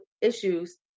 issues